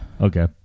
Okay